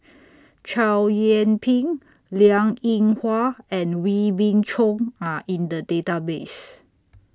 Chow Yian Ping Liang Eng Hwa and Wee Beng Chong Are in The Database